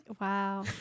Wow